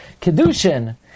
Kedushin